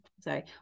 sorry